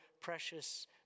precious